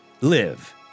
live